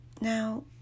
now